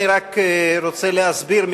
אני רק רוצה להסביר,